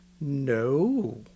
No